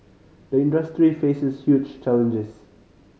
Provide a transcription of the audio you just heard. the industry faces huge challenges